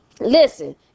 listen